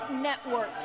network